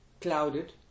clouded